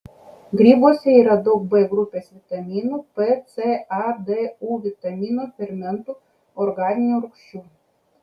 grybuose yra daug b grupės vitaminų p c a d u vitaminų fermentų organinių rūgščių